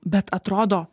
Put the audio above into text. bet atrodo